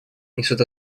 несут